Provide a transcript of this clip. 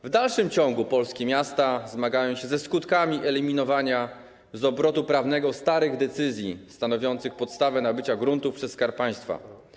W dalszym ciągu polskie miasta zmagają się ze skutkami eliminowania z obrotu prawnego starych decyzji stanowiących podstawę nabycia gruntów przez Skarb Państwa.